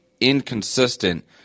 inconsistent